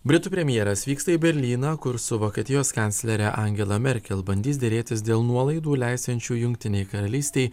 britų premjeras vyksta į berlyną kur su vokietijos kanclere angela merkel bandys derėtis dėl nuolaidų leisiančių jungtinei karalystei